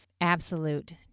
absolute